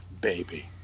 baby